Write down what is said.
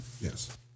Yes